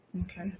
Okay